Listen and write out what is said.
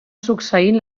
succeint